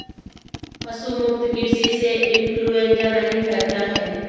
पशु मुक्त कृषि से इंफ्लूएंजा नहीं फैलता है